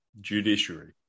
judiciary